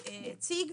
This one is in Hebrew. הציג.